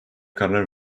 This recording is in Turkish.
karar